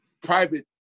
private